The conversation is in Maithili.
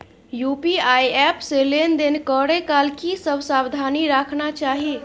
यु.पी.आई एप से लेन देन करै काल की सब सावधानी राखना चाही?